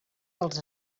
dels